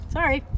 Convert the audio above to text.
Sorry